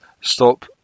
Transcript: stop